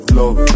love